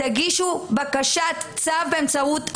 תגישו בקשת צו באמצעות ה-זום.